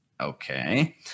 Okay